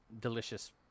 delicious